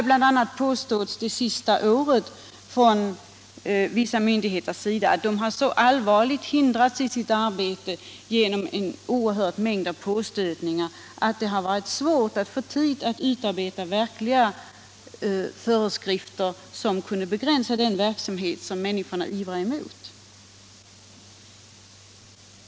Bl.a. har under det senaste året vissa myndigheter påstått att de har så allvarligt hindrats i sitt arbete av en mängd påstötningar att det varit svårt att få tid att utarbeta föreskrifter, som kunde begränsa den verksamhet som människorna reagerar emot.